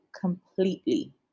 completely